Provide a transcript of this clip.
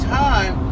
time